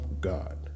God